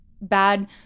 bad